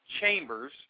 Chambers